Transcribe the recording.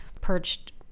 perched